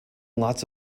lots